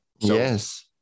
Yes